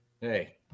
hey